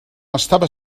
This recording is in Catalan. estava